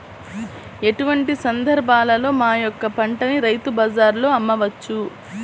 ఎటువంటి సందర్బాలలో మా యొక్క పంటని రైతు బజార్లలో అమ్మవచ్చు?